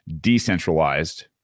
decentralized